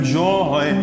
joy